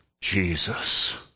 Jesus